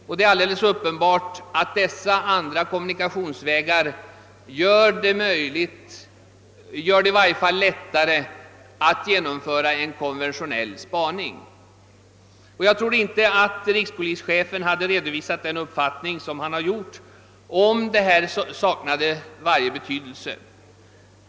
Det är då alldeles uppenbart, att detta gör det lättare att genomföra en konventionell spaning. Jag tror inte att rikspolischefen hade redovisat en sådan uppfattning om denna lagändring saknade varje betydelse.